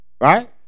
Right